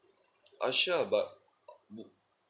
ah sure but